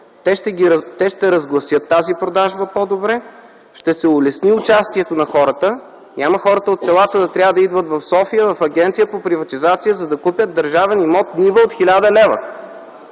те ще разгласят тази продажба по-добре, ще се улесни участието на хората и няма хората от селата да трябва да идват в София в Агенцията по приватизация, за да купят държавен имот – нива от 1000 лв.